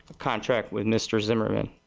contracted with mr. zimmerman.